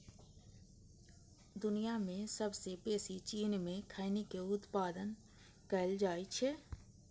दुनिया मे सबसं बेसी चीन मे खैनी के उत्पादन कैल जाइ छै